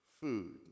food